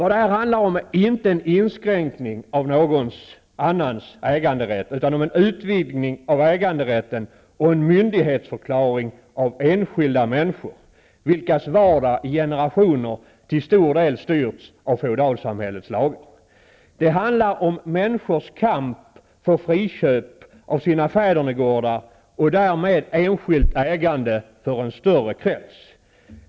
Det handlar här inte om en inskränkning av någon annans äganderätt utan om en utvidgning av äganderätten och en myndighetsförklaring av enskilda människor, vilkas vardag i generationer till stor del styrts av feodalsamhällets lagar. Det handlar om människors kamp för friköp av sina fädernegårdar och därmed enskilt ägande för en större krets.